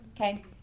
Okay